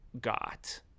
got